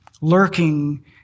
Lurking